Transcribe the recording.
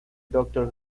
doctor